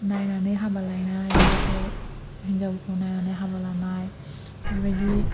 नायनानै हाबा लायनाय हिनजावफोर हिनजावफोरखौ नायनानै हाबालायनाय बेबायदि